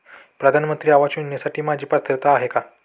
प्रधानमंत्री आवास योजनेसाठी माझी पात्रता आहे का?